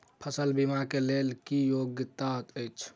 फसल बीमा केँ लेल की योग्यता अछि?